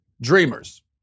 dreamers